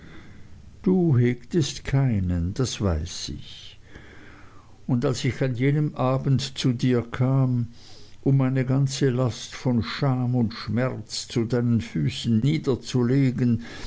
du hegtest keinen das weiß ich und als ich an jenem abend zu dir kam um meine ganze last von scham und schmerz zu deinen füßen niederzulegen